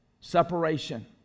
Separation